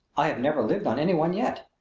i have never lived on any one yet.